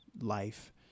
life